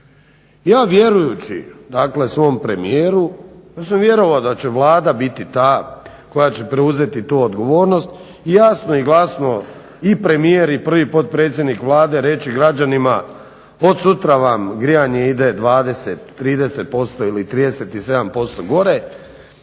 Ja vjerujući dakle svom premijeru, ja sam vjerovao da će Vlada biti ta koja će preuzeti tu odgovornost, jasno i glasno i premijer i prvi potpredsjednik Vlade reći građanima od sutra vam grijanje ide 20, 30% ili 37% gore,